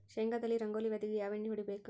ಶೇಂಗಾದಲ್ಲಿ ರಂಗೋಲಿ ವ್ಯಾಧಿಗೆ ಯಾವ ಎಣ್ಣಿ ಹೊಡಿಬೇಕು?